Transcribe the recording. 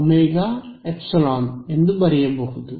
A ωμε ಎಂದು ಬರೆಯಬಹುದು